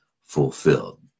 fulfilled